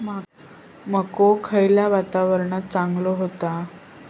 मको खयल्या हवामानात चांगलो होता?